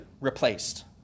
replaced